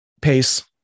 Pace